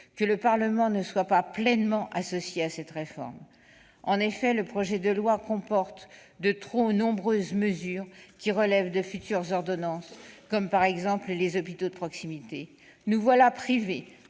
que le Parlement ne soit pas pleinement associé à cette réforme. En effet, le projet de loi comporte de trop nombreuses mesures qui relèvent de futures ordonnances, comme les hôpitaux de proximité. Nous voilà privés